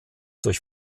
durch